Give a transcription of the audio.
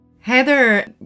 Heather